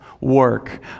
work